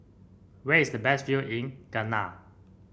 where is the best view in Ghana